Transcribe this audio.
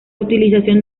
utilización